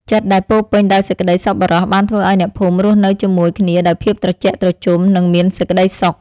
ចិត្តដែលពោរពេញដោយសេចក្ដីសប្បុរសបានធ្វើឱ្យអ្នកភូមិរស់នៅជាមួយគ្នាដោយភាពត្រជាក់ត្រជុំនិងមានសេចក្ដីសុខ។